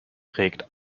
prägte